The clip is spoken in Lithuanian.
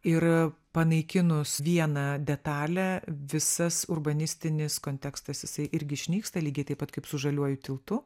ir panaikinus vieną detalę visas urbanistinis kontekstas jisai irgi išnyksta lygiai taip pat kaip su žaliuoju tiltu